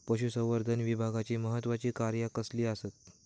पशुसंवर्धन विभागाची महत्त्वाची कार्या कसली आसत?